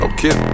Okay